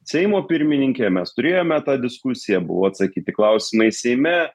seimo pirmininke mes turėjome tą diskusiją buvo atsakyti klausimai seime